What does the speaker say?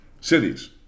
cities